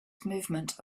movement